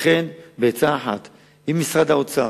לכן, בעצה אחת עם משרד האוצר,